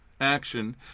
action